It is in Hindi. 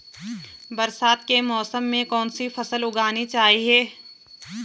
बरसात के मौसम में कौन सी फसल उगानी चाहिए?